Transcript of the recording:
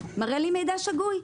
מראה לי מידע שגוי.